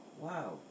Wow